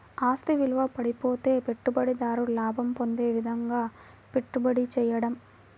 ఆస్తి విలువ పడిపోతే పెట్టుబడిదారు లాభం పొందే విధంగాపెట్టుబడి చేయడం